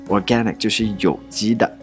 Organic就是有机的